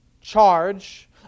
charge